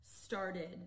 started